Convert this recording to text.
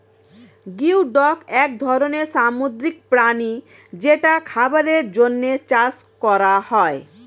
geoduck এক ধরনের সামুদ্রিক প্রাণী যেটা খাবারের জন্যে চাষ করা হয়